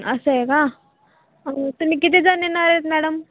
असं आहे का तुम्ही कितीजण येणार आहेत मॅडम